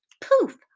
Poof